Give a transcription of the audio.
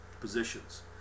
positions